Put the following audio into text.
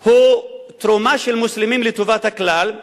היא תרומה של מוסלמים לטובת הכלל,